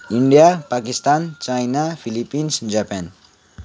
India Pakistan China Philippines Japan